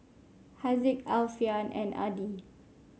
Haziq Alfian and Adi